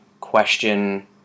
question